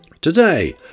Today